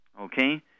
okay